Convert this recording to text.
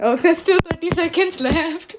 oh there's still twenty seconds left